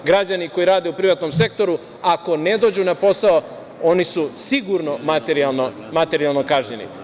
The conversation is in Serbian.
Građani koji rade u privatnom sektoru ako ne dođu na posao, oni su sigurno materijalno kažnjeni.